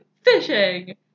fishing